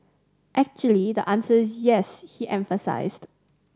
actually the answer is yes he emphasised